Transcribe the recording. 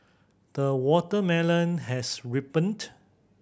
the watermelon has ripened